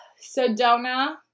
Sedona